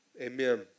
Amen